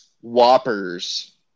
Whoppers